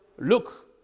Look